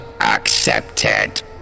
accepted